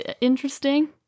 interesting